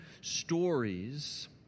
stories